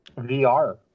VR